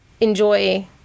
enjoy